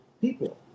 people